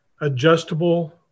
adjustable